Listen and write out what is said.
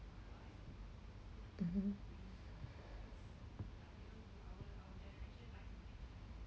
mmhmm